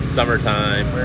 Summertime